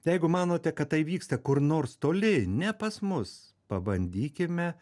jeigu manote kad tai vyksta kur nors toli ne pas mus pabandykime